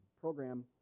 program